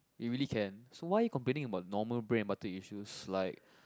we really can so why you complaining about normal bread and butter issues like